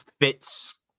fits